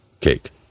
cake